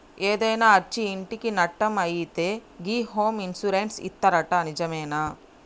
ఏదైనా అచ్చి ఇంటికి నట్టం అయితే గి హోమ్ ఇన్సూరెన్స్ ఇత్తరట నిజమేనా